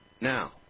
now